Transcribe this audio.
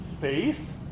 Faith